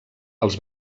els